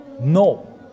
No